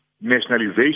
nationalization